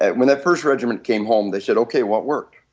and when that first regiment came home they said okay what worked.